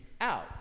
out